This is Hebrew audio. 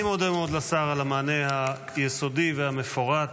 אני מודה מאוד לשר על המענה היסודי והמפורט,